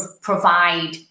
provide